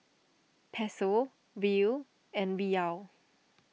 Peso Riel and Riyal